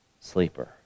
sleeper